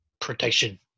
protection